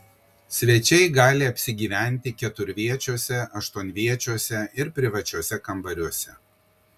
svečiai gali apsigyventi keturviečiuose aštuonviečiuose ir privačiuose kambariuose